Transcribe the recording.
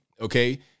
Okay